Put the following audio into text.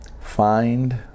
Find